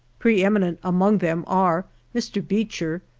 pre-eminent among them are mr. beecher,